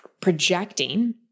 projecting